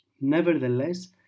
Nevertheless